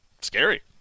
scary